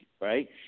Right